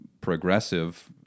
progressive